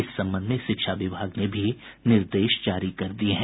इस संबंध में शिक्षा विभाग ने भी निर्देश जारी कर दिया है